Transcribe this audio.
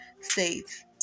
states